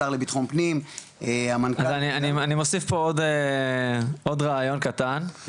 השר לביטחון פנים --- אני מוסיף פה עוד רעיון קטן,